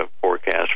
forecast